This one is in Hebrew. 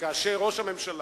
שכאשר ראש הממשלה,